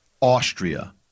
Austria